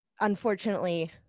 unfortunately